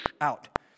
out